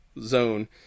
zone